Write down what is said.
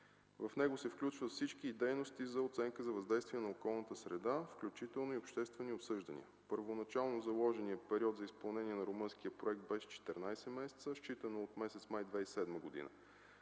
В него се включват всички дейности за оценка и за въздействие на околната среда, включително и обществени обсъждания. Първоначално заложеният период за изпълнение на румънския проект беше 14 месеца, считано от месец май 2007 г.